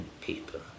people